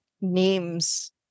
names